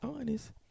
honest